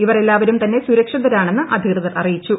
ഇവർ എല്ലാവരും തന്നെ സുരക്ഷിതരാണെന്ന് അധികൃതർ അറിയിച്ചു